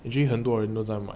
and actually 很多人都在卖